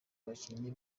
abakinnyi